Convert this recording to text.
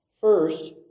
first